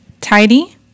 Tidy